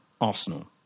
arsenal